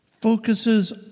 focuses